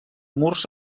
murs